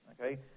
okay